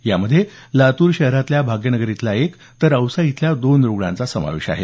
यामध्ये लातूर शहरातल्या भाग्य नगर इथला एक तर औसा इथल्या दोन रुग्णांचा समावेश आहे